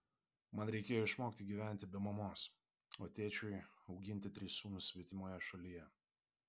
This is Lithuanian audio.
man reikėjo išmokti gyventi be mamos o tėčiui auginti tris sūnus svetimoje šalyje